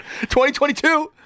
2022